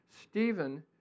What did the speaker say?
Stephen